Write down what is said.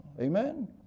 Amen